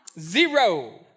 Zero